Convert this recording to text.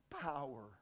power